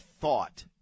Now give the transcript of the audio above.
thought